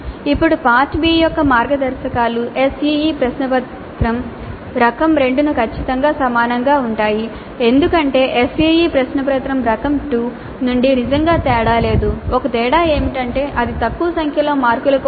ఇప్పుడు part B యొక్క మార్గదర్శకాలు SEE ప్రశ్నపత్రం రకం 2 కు ఖచ్చితంగా సమానంగా ఉంటాయి ఎందుకంటే SEE ప్రశ్నపత్రం రకం 2 నుండి నిజంగా తేడా లేదు ఒకే తేడా ఏమిటంటే అది తక్కువ సంఖ్యలో మార్కుల కోసం